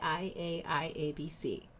IAIABC